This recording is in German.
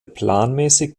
planmäßig